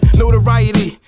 notoriety